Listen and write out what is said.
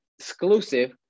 exclusive